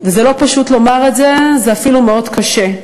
וזה לא פשוט לומר את זה, זה אפילו מאוד קשה.